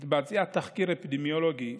התבצע תחקיר אפידמיולוגי,